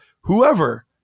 whoever